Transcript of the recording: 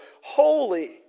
Holy